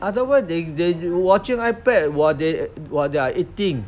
otherwise they they watching ipad while they while they're eating